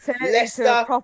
Leicester